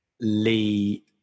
lee